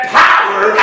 power